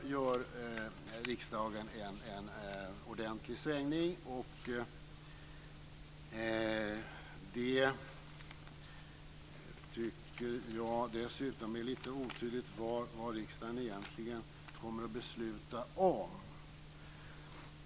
Nu gör riksdagen en ordentligt svängning, och jag tycker dessutom att det är lite otydligt vad riksdagen egentligen kommer att besluta om.